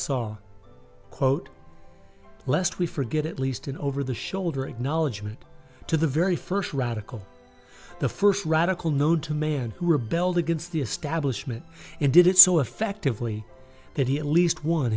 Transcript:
saw quote lest we forget at least an over the shoulder acknowledgment to the very first radical the first radical known to man who rebelled against the establishment and did it so effectively that he at least one